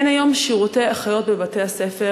אין היום שירותי אחיות בבתי-הספר,